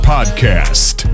Podcast